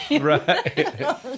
Right